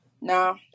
Now